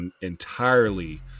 entirely